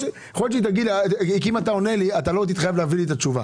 כשאתה עונה לי, אתה לא מתחייב להעביר לי תשובה.